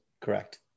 Correct